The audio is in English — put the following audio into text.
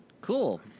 Cool